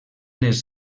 les